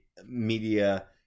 media